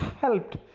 helped